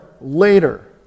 later